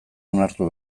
onartu